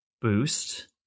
boost